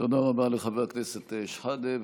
תודה רבה לחבר הכנסת שחאדה,